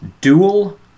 dual